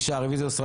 הצבעה לא אושר.